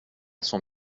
son